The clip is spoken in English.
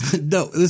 No